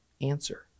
Answer